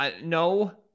no